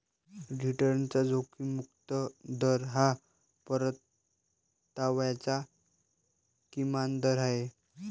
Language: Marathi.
रिटर्नचा जोखीम मुक्त दर हा परताव्याचा किमान दर आहे